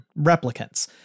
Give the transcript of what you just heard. replicants